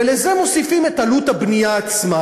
ולזה מוסיפים את עלות הבנייה עצמה,